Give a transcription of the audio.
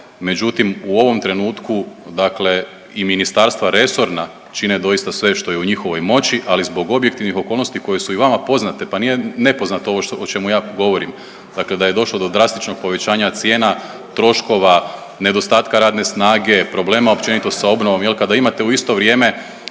međutim u ovom trenutku dakle i ministarstva resorna čine doista sve što je u njihovoj moći ali zbog objektivnih okolnosti koje su i vama poznate pa nije nepoznato ovo o čemu ja govorim dakle da je došlo do drastičnog povećanja cijena troškova, nedostatka radne snage, problema općenito s obnovom jel kada imate u isto vrijeme